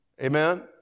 Amen